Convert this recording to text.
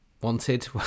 wanted